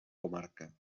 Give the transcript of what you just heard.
comarca